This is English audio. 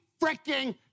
freaking